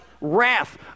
Wrath